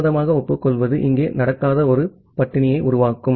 தாமதமாக ஒப்புக்கொள்வது இங்கே நடக்காத ஒரு ஸ்டார்வேஷனயை உருவாக்கும்